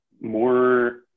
more